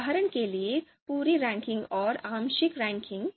उदाहरण के लिए पूरी रैंकिंग और आंशिक रैंकिंग